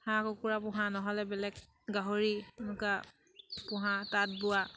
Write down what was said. হাঁহ কুকুৰা পোহা নহ'লে বেলেগ গাহৰি এনেকুৱা পোহা তাঁত বোৱা